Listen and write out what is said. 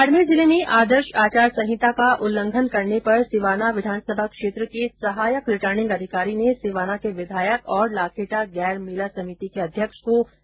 बाडमेर जिले में आदर्श आचार संहिता का उल्लंघन करने पर सिवाना विधानसभा क्षेत्र के सहायक रिटर्निंग अधिकारी ने सिवाना के विधायक और लाखेटा गैर मेला समिति के अध्यक्ष को नोटिस जारी किया है